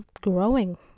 growing